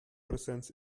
präsenz